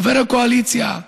חבר הקואליציה,